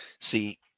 See